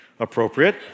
appropriate